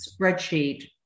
spreadsheet